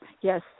Yes